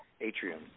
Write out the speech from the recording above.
Atrium